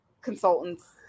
consultants